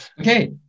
Okay